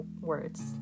words